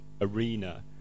arena